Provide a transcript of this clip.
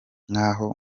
nk’aho